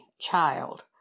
child